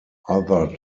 other